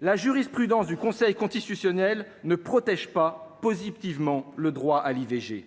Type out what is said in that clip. la jurisprudence du Conseil constitutionnel ne protège pas positivement le droit à l'IVG,